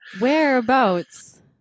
Whereabouts